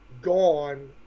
gone